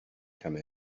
come